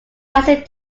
rising